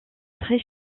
très